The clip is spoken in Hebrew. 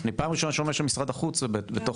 אני פעם ראשונה שומע שמשרד החוץ באירוע